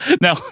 Now